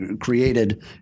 created